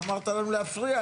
אתה אמרת לנו להפריע.